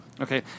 Okay